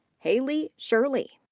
haley shirley.